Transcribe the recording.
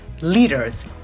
Leaders